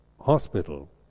hospital